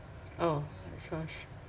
oh first